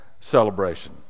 celebration